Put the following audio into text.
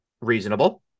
reasonable